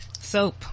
soap